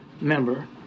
member